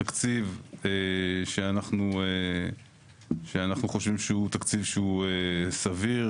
התקציב שאנחנו חושבים שהוא תקציב שהוא סביר